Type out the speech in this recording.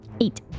eight